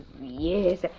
yes